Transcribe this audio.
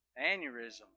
aneurysm